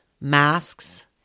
masks